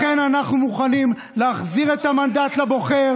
לכן אנחנו מוכנים להחזיר את המנדט לבוחר